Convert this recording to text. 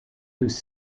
whose